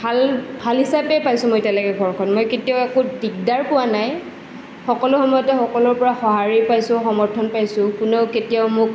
ভাল ভাল হিচাপে পাইছোঁ মই এতিয়ালৈকে ঘৰখন মই কেতিয়াও একো দিগদাৰ পোৱা নাই সকলো সময়তে সকলোৰ পৰা সঁহাৰি পাইছোঁ সমৰ্থন পাইছোঁ কোনেও কেতিয়াও মোক